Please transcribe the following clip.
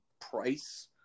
price